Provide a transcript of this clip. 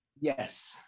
Yes